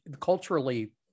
culturally